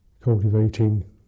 cultivating